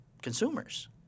Consumers